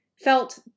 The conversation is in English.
felt